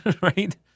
right